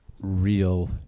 real